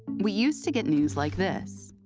we used to get news like this.